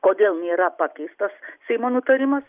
kodėl nėra pakeistas seimo nutarimas